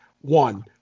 one